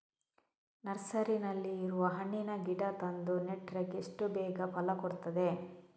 ನರ್ಸರಿನಲ್ಲಿ ಇರುವ ಹಣ್ಣಿನ ಗಿಡ ತಂದು ನೆಟ್ರೆ ಎಷ್ಟು ಬೇಗ ಫಲ ಕೊಡ್ತದೆ